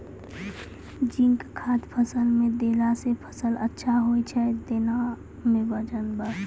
zinc खाद फ़सल मे देला से फ़सल अच्छा होय छै दाना मे वजन ब